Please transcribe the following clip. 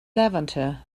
levanter